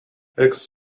eggs